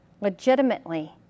legitimately